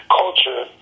culture